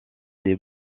des